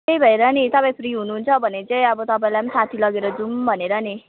त्यही भएर नि तपाईँ फ्री हुनुहुन्छ भने चाहिँ अब तपाईँलाई पनि साथी लगेर जाऔँ भनेर नि